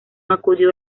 acudió